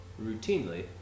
routinely